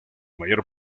mayor